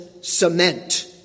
cement